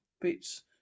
bits